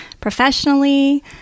professionally